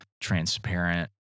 transparent